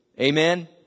Amen